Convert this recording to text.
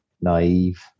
naive